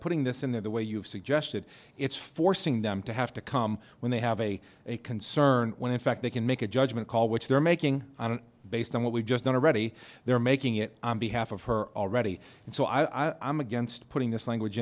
putting this in there the way you've suggested it's forcing them to have to come when they have a a concern when in fact they can make a judgment call which they're making i don't based on what we just don't already they are making it on behalf of her already and so i am against putting this language